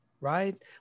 right